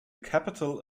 capital